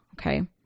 Okay